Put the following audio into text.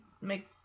make